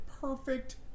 perfect